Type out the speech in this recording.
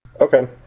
Okay